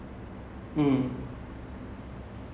actually almost all my